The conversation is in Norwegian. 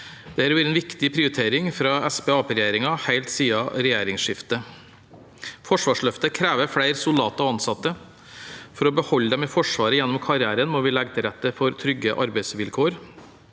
Det har vært en viktig prioritering fra Arbeiderparti–Senterparti-regjeringen helt siden regjeringsskiftet. Forsvarsløftet krever flere soldater og ansatte. For å beholde dem i Forsvaret gjennom karrieren må vi legge til rette for trygge arbeidsvilkår.